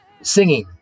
singing